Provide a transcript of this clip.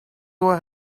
what